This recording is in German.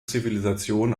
zivilisation